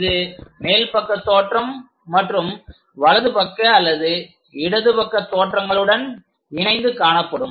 அது மேல் பக்க தோற்றம் மற்றும் வலது பக்க அல்லது இடது பக்க தோற்றங்களுடன் இணைந்து காணப்படும்